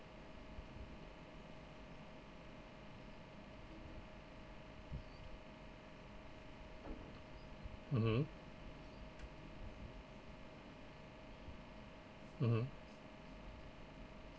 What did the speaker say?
mmhmm mmhmm